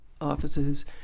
offices